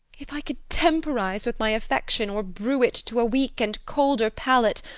if i could temporize with my affections or brew it to a weak and colder palate,